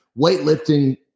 weightlifting